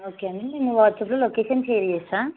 okay అండి నేను వాట్సాప్లో లొకేషన్ షేర్ చేస్తాను